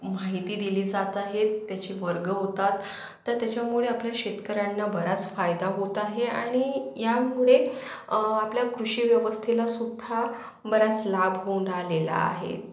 माहिती दिली जात आहेत त्याचे वर्ग होतात तर त्याच्यामुळे आपल्या शेतकऱ्यांना बराच फायदा होत आहे आणि यामुळे आपल्या कृषी व्यवस्थेलासुद्धा बराच लाभ होऊन राहिलेला आहे